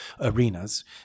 arenas